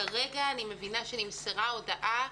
כרגע אני מבינה שנמסרה הודעה,